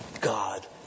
God